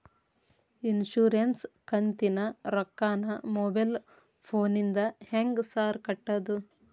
Insurance ಕಂತಿನ ರೊಕ್ಕನಾ mobile ಫೋನಿಂದ ಹೆಂಗ್ ಸಾರ್ ಕಟ್ಟದು?